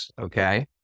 Okay